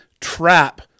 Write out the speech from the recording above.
trap